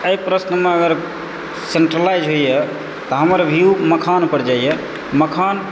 एहि प्रश्नमे अगर सेन्ट्रलाइज होइए तऽ हमर व्यू मखानपर जाइए मखान